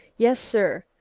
yes, sir,